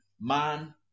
man